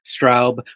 Straub